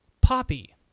Poppy